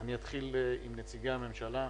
אני אתחיל עם נציגי הממשלה.